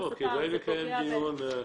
כדאי לקיים דיון.